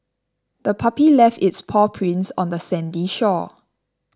the puppy left its paw prints on the sandy shore